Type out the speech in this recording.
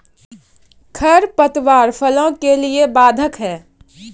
खडपतवार फसलों के लिए बाधक हैं?